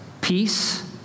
peace